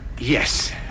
Yes